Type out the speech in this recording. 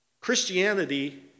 Christianity